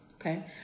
okay